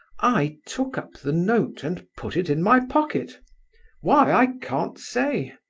i took up the note and put it in my pocket why, i can't say.